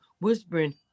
whispering